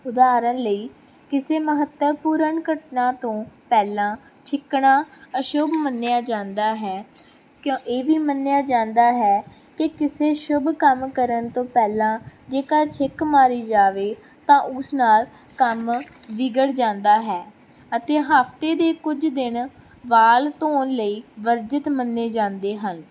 ਉਦਾਹਰਣ ਲਈ ਕਿਸੇ ਮਹੱਤਵਪੂਰਨ ਘਟਨਾ ਤੋਂ ਪਹਿਲਾਂ ਛਿੱਕਣਾ ਅਸ਼ੁੱਭ ਮੰਨਿਆ ਜਾਂਦਾ ਹੈ ਕਿਉਂ ਇਹ ਵੀ ਮੰਨਿਆ ਜਾਂਦਾ ਹੈ ਕਿ ਕਿਸੇ ਸ਼ੁੱਭ ਕੰਮ ਕਰਨ ਤੋਂ ਪਹਿਲਾਂ ਜੇਕਰ ਛਿੱਕ ਮਾਰੀ ਜਾਵੇ ਤਾਂ ਉਸ ਨਾਲ ਕੰਮ ਵਿਗੜ ਜਾਂਦਾ ਹੈ ਅਤੇ ਹਫਤੇ ਦੇ ਕੁਝ ਦਿਨ ਵਾਲ ਧੋਣ ਲਈ ਵਰਜਿਤ ਮੰਨੇ ਜਾਂਦੇ ਹਨ